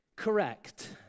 Correct